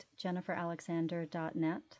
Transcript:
jenniferalexander.net